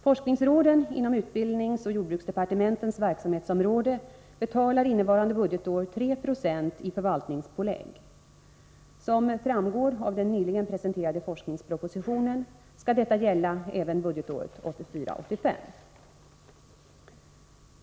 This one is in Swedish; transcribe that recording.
Forskningsråden inom utbildningsoch jordbruksdepartementens verksamhetsområde betalar innevarande budgetår 3926 i förvaltningspålägg. Enligt den nyligen presenterade forskningspropositionen skall detta gälla även budgetåret 1984/85.